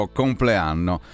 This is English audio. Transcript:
compleanno